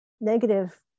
negative